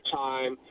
time